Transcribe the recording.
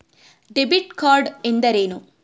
Debit card ಎಂದರೇನು?